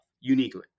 uniquely